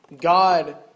God